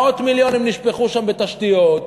מאות מיליונים נשפכו שם בתשתיות.